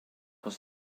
was